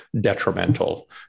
detrimental